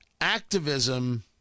activism